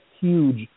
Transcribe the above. huge